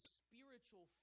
spiritual